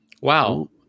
Wow